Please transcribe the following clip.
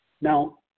Now